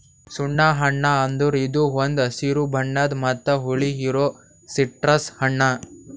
ಸುಣ್ಣ ಹಣ್ಣ ಅಂದುರ್ ಇದು ಒಂದ್ ಹಸಿರು ಬಣ್ಣದ್ ಮತ್ತ ಹುಳಿ ಇರೋ ಸಿಟ್ರಸ್ ಹಣ್ಣ